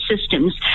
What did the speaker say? systems